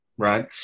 right